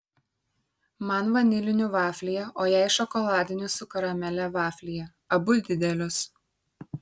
man vanilinių vaflyje o jai šokoladinių su karamele vaflyje abu didelius